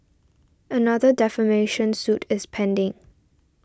another defamation suit is pending